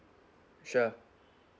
sure